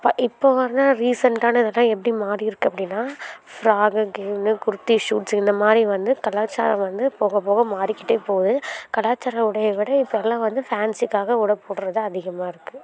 இப்போது வர ரீசன்ட்டான இதெலாம் எப்படி மாதிரி இருக்குது அப்படினா ஃபிராக் கெவுனு குர்த்தி ஷூட்ஸு இந்தமாதிரி வந்து கலாச்சாரம் வந்து போக போக மாரிக்கிட்டே போகுது கலாச்சார உடைய விட இப்போது எல்லாம் வந்து ஃபேன்ஸிக்காக உடை போடுறது தான் அதிகமாக இருக்குது